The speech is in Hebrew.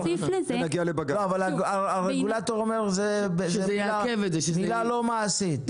אבל הרגולטור אומר: זו מילה לא מעשית.